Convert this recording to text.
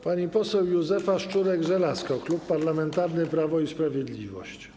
Pani poseł Józefa Szczurek-Żelazko, Klub Parlamentarny Prawo i Sprawiedliwość.